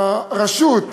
הרשות,